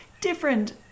different